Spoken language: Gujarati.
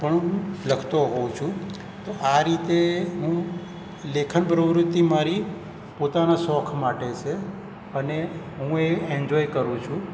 પણ હું લખતો હોઉં છું તો આ રીતે હું લેખન પ્રવૃત્તિ મારી પોતાના શોખ માટે છે અને હું એ એન્જોય કરું છું